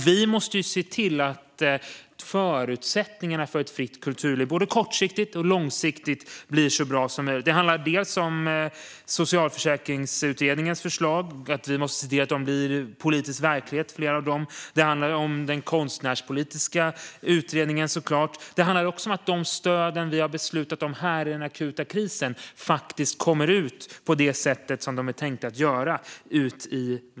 Vi måste se till att förutsättningarna för ett fritt kulturliv, både kortsiktigt och långsiktigt, blir så bra som möjligt. Det handlar om att vi måste se till att flera av Socialförsäkringsutredningens förslag blir politisk verklighet. Det handlar såklart om Konstnärspolitiska utredningen. Det handlar också om att de stöd som vi har beslutat om här i den akuta krisen faktiskt kommer ut i verksamheterna på det sätt som de är tänkta att göra.